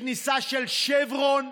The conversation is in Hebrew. בכניסה של שברון,